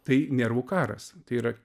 tai nervų karas tai yra